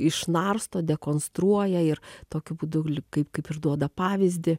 išnarsto dekonstruoja ir tokiu būdu kaip kaip ir duoda pavyzdį